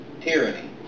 tyranny